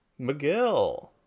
McGill